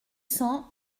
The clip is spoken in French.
cents